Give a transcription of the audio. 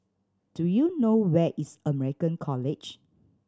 do you know where is American College